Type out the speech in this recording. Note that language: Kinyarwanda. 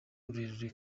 rurerure